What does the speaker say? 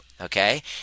Okay